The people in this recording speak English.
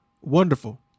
Wonderful